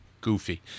goofy